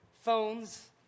phones